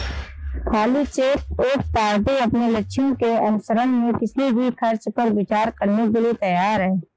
खाली चेक एक पार्टी अपने लक्ष्यों के अनुसरण में किसी भी खर्च पर विचार करने के लिए तैयार है